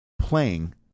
playing